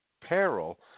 peril